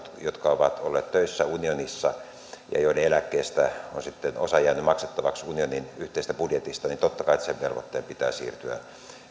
jotka ovat olleet töissä unionissa ja joiden eläkkeestä on sitten osa jäänyt maksettavaksi unionin yhteisestä budjetista totta kai sen velvoitteen pitää siirtyä britannialle ja minusta